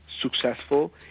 successful